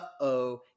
uh-oh